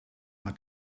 hat